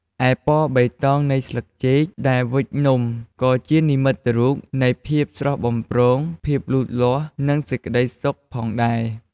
ឯពណ៌បៃតងនៃស្លឹកចេកដែលវេចនំ ក៏ជានិមិត្តរូបនៃ ភាពស្រស់បំព្រង ភាពលូតលាស់ និងសេចក្តីសុខផងដែរ។